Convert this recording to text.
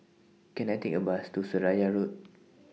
Can I Take A Bus to Seraya Road